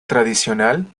tradicional